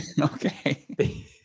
Okay